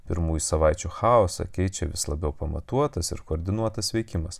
pirmųjų savaičių chaosą keičia vis labiau pamatuotas ir koordinuotas veikimas